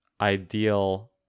ideal